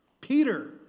Peter